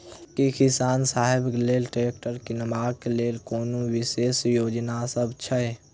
की किसान सबहक लेल ट्रैक्टर किनबाक लेल कोनो विशेष योजना सब छै?